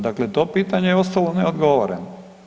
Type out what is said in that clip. Dakle, to pitanje je ostalo neodgovoreno.